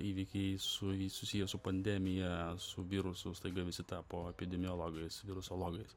įvykiai su susiję su pandemija su virusu staiga visi tapo epidemiologais virusologais